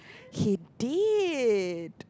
he did